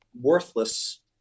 worthless